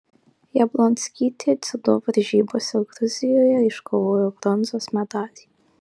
jablonskytė dziudo varžybose gruzijoje iškovojo bronzos medalį